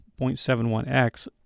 0.71x